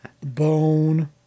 bone